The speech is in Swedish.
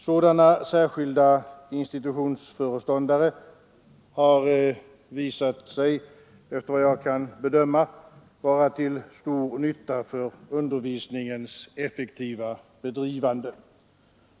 Sådana särskilda institutionsföre På grundskolans ståndare har, efter vad jag kan bedöma, visat sig vara till stor nytta för högstadium undervisningens effektiva bedrivande.